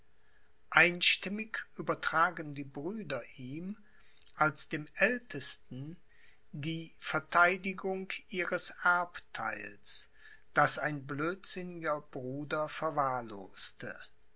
einstimmig übertragen die brüder ihm als dem aeltesten die verteidigung ihres erbtheils das ein blödsinniger bruder verwahrloste